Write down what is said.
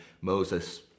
Moses